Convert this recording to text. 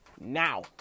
now